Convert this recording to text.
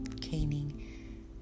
caning